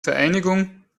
vereinigung